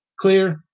Clear